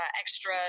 extra